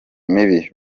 mibi